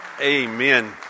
Amen